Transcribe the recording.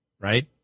right